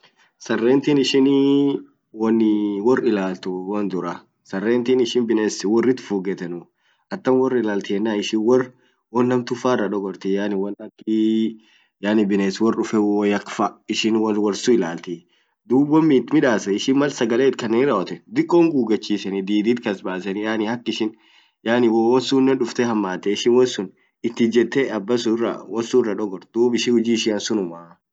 Sarentin ishini wonni wor ilaltu won dura, sarentin ishin bines worrit fugetanu atam wor ilalti yenan ishin wor won hamtu fa irra dogorti